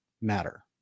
matter